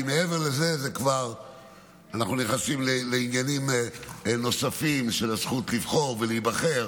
כי מעבר לזה אנחנו כבר נכנסים לעניינים נוספים של הזכות לבחור ולהיבחר,